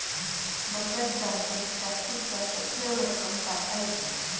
बचत बँकेत जास्तीत जास्त ठेव रक्कम काढता येते